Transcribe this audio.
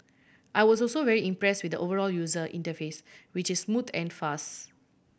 I was also very impress with the overall user interface which is smooth and fast